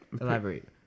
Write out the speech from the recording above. Elaborate